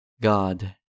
God